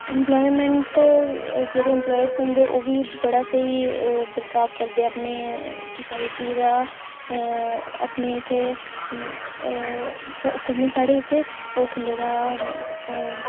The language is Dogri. एंप्लॉयमेंट जेह्ड़े एंप्लॉयमेंट होंदे ओह्बी बड़ा स्हेई बर्ताव करदे अपने सोसायटी दा नेईं ते कन्नै साढ़े इत्थें ओह् खु'ल्ले दा